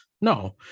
No